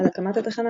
על הקמת התחנה.